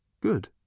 Good